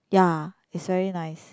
ya is very nice